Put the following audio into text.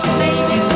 baby